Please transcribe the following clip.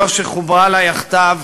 זאת שחוברה לה יחדיו